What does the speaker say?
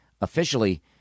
officially